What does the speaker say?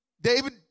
David